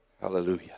Hallelujah